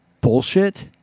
bullshit